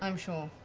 um sure.